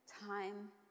time